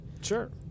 Sure